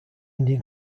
indian